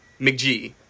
McG